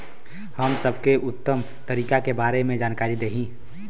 हम सबके उत्तम तरीका के बारे में जानकारी देही?